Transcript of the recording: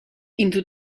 into